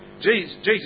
Jesus